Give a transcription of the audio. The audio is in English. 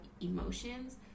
emotions